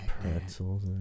Pretzels